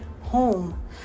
home